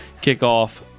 kickoff